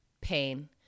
pain